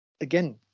Again